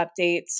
updates